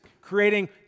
creating